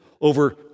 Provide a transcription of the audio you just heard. over